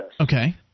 Okay